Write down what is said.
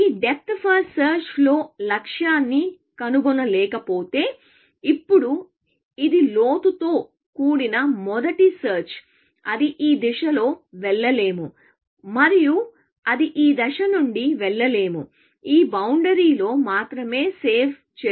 ఈ depth first search లో లక్ష్యాన్ని కనుగొనలేకపోతే ఇప్పుడు ఇది లోతుతో కూడిన మొదటి సెర్చ్ అది ఈ దిశలో వెళ్ళలేము మరియు అది ఈ దిశ నుండి వెళ్ళలేము ఈ బౌండరీ లో మాత్రమే సేవ్ చేస్తుంది